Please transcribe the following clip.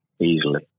easily